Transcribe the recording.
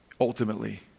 Ultimately